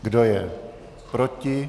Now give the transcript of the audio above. Kdo je proti?